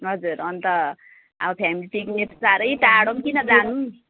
हजुर अन्त अब फेमिली पिकनिक साह्रै टाढो पनि किन जानु